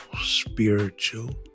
spiritual